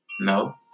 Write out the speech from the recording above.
No